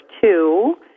two